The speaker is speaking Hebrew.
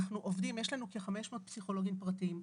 יש לנו כ-500 פסיכולוגיים פרטיים.